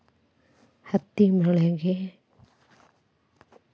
ಹತ್ತಿ ಬೆಳಿಗ ಎಷ್ಟ ಮಳಿ ಬೇಕ್ ರಿ?